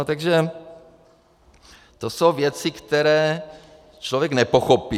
Takže to jsou věci, které člověk nepochopí.